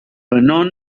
known